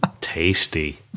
Tasty